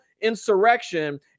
insurrection